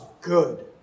good